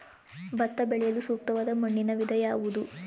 ಭತ್ತ ಬೆಳೆಯಲು ಸೂಕ್ತವಾದ ಮಣ್ಣಿನ ವಿಧ ಯಾವುದು?